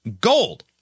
Gold